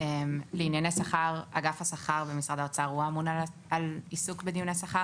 בענייני שכר: אגף השכר במשרד האוצר הוא האמון על עיסוק בדיוני שכר.